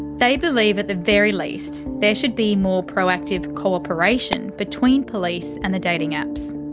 they believe at the very least, there should be more proactive cooperation between police and the dating apps.